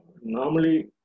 normally